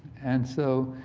and so,